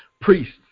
priests